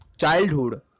childhood